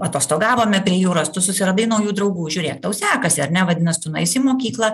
atostogavome prie jūros tu susiradai naujų draugų žiūrėk tau sekasi ar ne vadinas tu nueisi į mokyklą